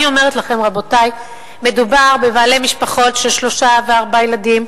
אני אומרת לכם שמדובר בבעלי משפחות של שלושה וארבעה ילדים,